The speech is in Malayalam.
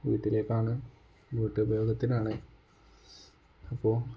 വീട്ടിലേക്കാണ് വീട്ടുപയോഗത്തിനാണ് അപ്പോൾ